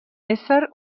ésser